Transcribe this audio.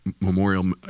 Memorial